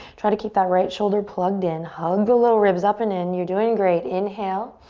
try to keep that right shoulder plugged in. hug the low ribs up and in. you're doing great. inhale.